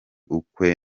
ukwe